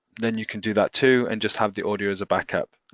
then you can do that too and just have the audio as a backup.